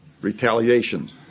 retaliation